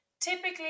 typically